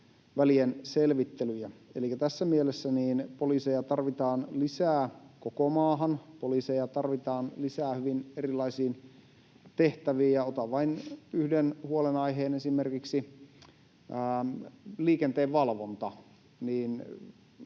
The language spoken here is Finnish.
välienselvittelyjä. Elikkä tässä mielessä poliiseja tarvitaan lisää koko maahan, poliiseja tarvitaan lisää hyvin erilaisiin tehtäviin. Otan vain yhden huolenaiheen, esimerkiksi liikenteen valvonta: